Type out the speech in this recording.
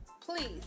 please